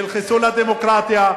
של חיסול הדמוקרטיה,